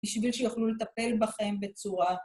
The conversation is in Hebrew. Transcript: בשביל שיוכלו לטפל בכם בצורה...